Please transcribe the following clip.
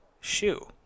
shoe